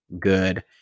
good